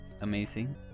amazing